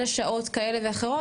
אלה שעות כאלה ואחרות.